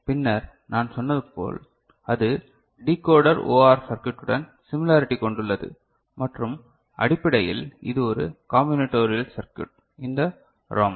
பின்னர் நான் சொன்னது போல் அது டிகோடர் ஓஆர் சர்க்யூட்டுயுடன் சிமிலரிடி கொண்டுள்ளது மற்றும் அடிப்படையில் இது ஒரு காம்பினட்டோரியல் சர்க்யுட் இந்த ரோம்